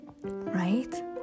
right